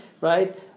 right